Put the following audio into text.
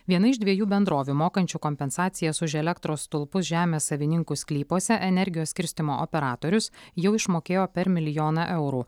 viena iš dviejų bendrovių mokančių kompensacijas už elektros stulpus žemės savininkų sklypuose energijos skirstymo operatorius jau išmokėjo per milijoną eurų